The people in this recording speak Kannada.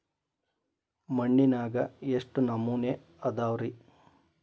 ಮಣ್ಣಿನಾಗ ಎಷ್ಟು ನಮೂನೆ ಅದಾವ ರಿ?